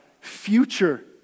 future